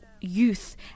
youth